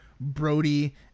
Brody